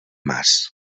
mas